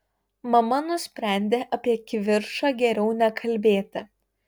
mama nusprendė apie kivirčą geriau nekalbėti